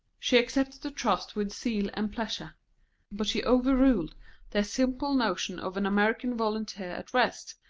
she accepted the trust with zeal and pleasure but she overruled their simple notion of an american volunteer at rest,